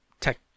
tech